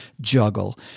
juggle